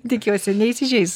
tikiuosi neįsižeis